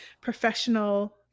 professional